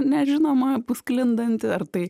nežinoma pasklindanti ar tai